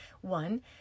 one